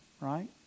Right